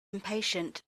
impatient